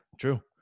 true